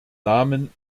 namen